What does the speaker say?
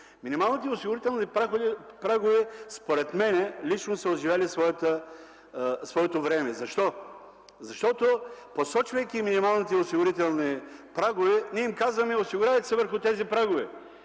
Минималните осигурителни прагове, според мен лично, са отживели своето време. Защо? Защото, посочвайки минималните осигурителни прагове, ние им казваме: „Осигурявайте се върху тези прагове”.